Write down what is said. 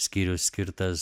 skyrius skirtas